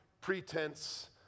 pretense